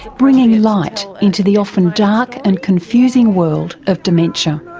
bringing light into the often dark and confusing world of dementia.